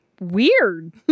weird